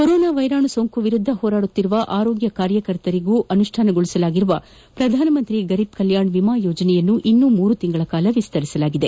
corona ವೈರಾಣು ಸೋಂಕು ವಿರುದ್ದ ಹೋರಾಡುತ್ತಿರುವ ಆರೋಗ್ಯ ಕಾರ್ಯಕರ್ತರಿಗಾಗಿ ಅನುಷ್ವಾನಗೊಳಿಸಲಾಗಿರುವ ಪ್ರಧಾನಮಂತ್ರಿ ಗರೀಬ್ ಕಲ್ಯಾಷ್ ವಿಮಾ ಯೋಜನೆಯನ್ನು ಇನ್ನೊ ಮೂರು ತಿಂಗಳಿಗೆ ವಿಸ್ತರಿಸಲಾಗಿದೆ